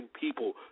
people